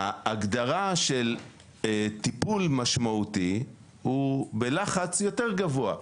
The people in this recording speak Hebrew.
ההגדרה של טיפול משמעותי הוא בלחץ יותר גבוה.